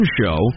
show